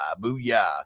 booyah